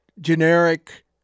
generic